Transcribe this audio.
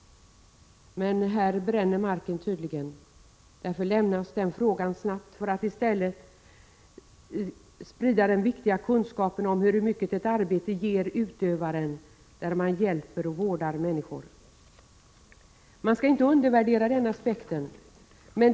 Men här bränner marken tydligen. Därför lämnar statsrådet den frågan snabbt, för att i stället sprida den viktiga kunskapen om hur mycket arbetet ger utövaren när man hjälper och vårdar människor. Man skall inte undervärdera den aspekten.